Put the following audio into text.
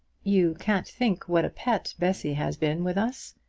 you can't think what a pet bessy has been with us.